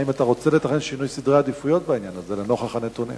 האם אתה רוצה לתכנן שינוי בסדר העדיפויות לנוכח הנתונים?